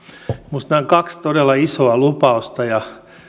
minusta nämä ovat kaksi todella isoa lupausta ja